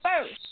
first